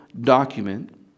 document